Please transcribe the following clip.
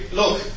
look